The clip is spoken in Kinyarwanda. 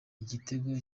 igitego